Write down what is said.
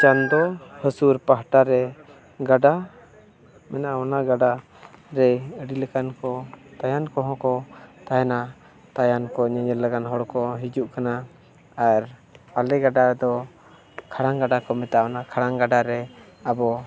ᱪᱟᱸᱫᱳ ᱦᱟᱹᱥᱩᱨ ᱯᱟᱦᱴᱟ ᱨᱮ ᱜᱟᱰᱟ ᱢᱮᱱᱟᱜᱼᱟ ᱚᱱᱟ ᱜᱟᱰᱟ ᱨᱮ ᱟᱹᱰᱤ ᱞᱮᱠᱟᱱ ᱠᱚ ᱛᱟᱭᱟᱱ ᱠᱚᱦᱚᱸ ᱠᱚ ᱛᱟᱦᱮᱱᱟ ᱛᱟᱭᱟᱱ ᱠᱚ ᱧᱮᱧᱮᱞ ᱞᱟᱜᱟᱫ ᱦᱚᱲ ᱠᱚ ᱦᱤᱡᱩᱜ ᱠᱟᱱᱟ ᱟᱨ ᱟᱞᱮ ᱜᱟᱰᱟ ᱫᱚ ᱠᱷᱟᱲᱟᱝ ᱜᱟᱰᱟ ᱠᱚ ᱢᱮᱛᱟᱜᱼᱟ ᱚᱱᱟ ᱠᱷᱟᱲᱟᱝ ᱜᱟᱰᱟ ᱨᱮ ᱟᱵᱚ